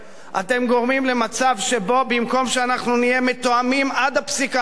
אתם גורמים למצב שבו במקום שאנחנו נהיה מתואמים עד הפסיק האחרון,